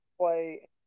play